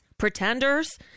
Pretenders